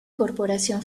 corporación